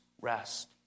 rest